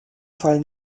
fall